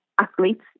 athletes